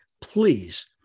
Please